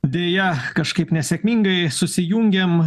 deja kažkaip nesėkmingai susijungėm